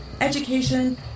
education